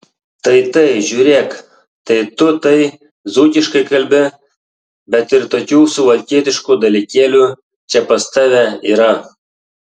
tai tai žiūrėk tai tu tai dzūkiškai kalbi bet ir tokių suvalkietiškų dalykėlių čia pas tave yra